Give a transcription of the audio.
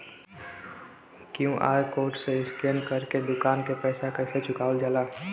QR code से scan कर के दुकान के पैसा कैसे चुकावल जाला?